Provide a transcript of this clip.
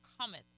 cometh